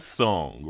song